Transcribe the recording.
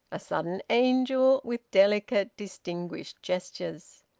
a sudden angel, with delicate distinguished gestures.